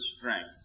strength